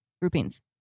Groupings